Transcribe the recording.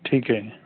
ਠੀਕ ਹੈ